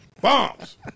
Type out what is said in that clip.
Bombs